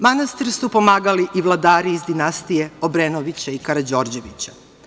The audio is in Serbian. Manastir su pomagali i vladari iz dinastije Obrenovića i Karađorđevića.